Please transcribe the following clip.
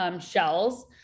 shells